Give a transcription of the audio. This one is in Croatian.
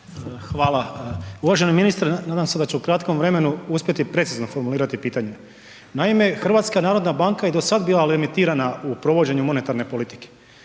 Hvala. Uvaženi ministre nadam se da ću u kratkom vremenu uspjeti precizno formulirati pitanje. Naime, HNB je i do sad bila limitirana u provođenju monetarne politike.